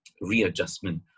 readjustment